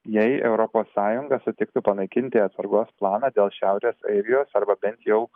jei europos sąjunga sutiktų panaikinti atsargos planą dėl šiaurės airijos arba bent jau